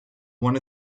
one